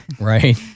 Right